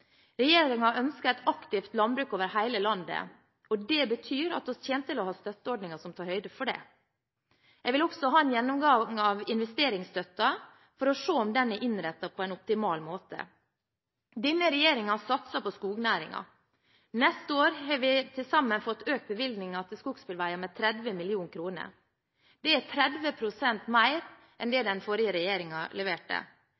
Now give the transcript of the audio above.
ønsker et aktivt landbruk over hele landet, og det betyr at vi kommer til å ha støtteordninger som tar høyde for det. Jeg vil også ha en gjennomgang av investeringsstøtten for å se om den er innrettet på en optimal måte. Denne regjeringen satser på skognæringen. Neste år har vi fått økt bevilgningene til skogsbilveier med til sammen 30 mill. kr. Det er 30 pst. mer enn det